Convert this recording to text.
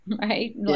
right